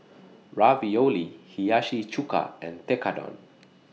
Ravioli Hiyashi Chuka and Tekkadon